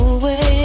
away